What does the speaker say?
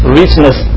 richness